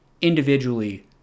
individually